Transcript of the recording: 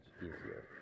easier